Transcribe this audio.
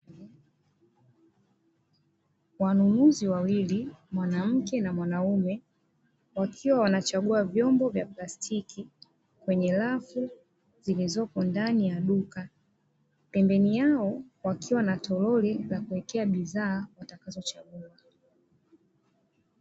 Wanunuzi wawili, mwanamke na mwanaume, wakiwa wanachagua vyombo vya plastiki kwenye rafu zilizopo ndani ya duka. Pembeni yao, wakiwa na toroli la kuwekea bidhaa watakazochagua.